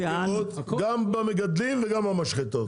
במדגרות, גם במגדלים וגם במשחטות.